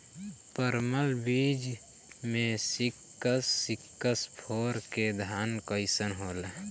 परमल बीज मे सिक्स सिक्स फोर के धान कईसन होला?